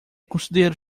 considera